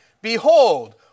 behold